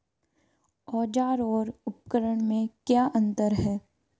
औज़ार और उपकरण में क्या अंतर है?